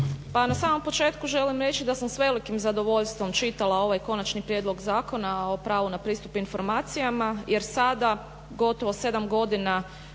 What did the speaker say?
Pa na samom početku želim reći da sam s velikim zadovoljstvom čitala ovaj Konačni prijedlog zakona o pravu na pristup informacijama jer sada gotovo 7 godina